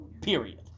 period